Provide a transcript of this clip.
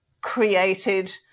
created